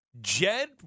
Jed